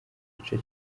gice